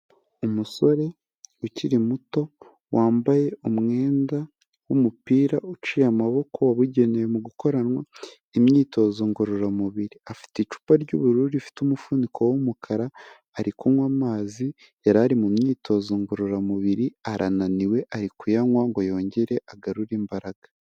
Umusore ukiri muto wambaye umwenda w'umupira uciye amaboko wabugenewe mu gukoranwa imyitozo ngororamubiri, afite icupa ry'ubururu rifite umufuniko w'umukara, ari kunywa amazi yari ari mu myitozo ngororamubiri arananiwe, ari kuyanywa ngo yongere agarure imbaraga.